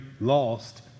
lost